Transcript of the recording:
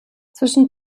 zwischen